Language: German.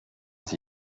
sie